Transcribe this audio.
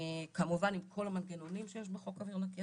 כמובן עם כל המנגנונים שיש בחוק אוויר נקי,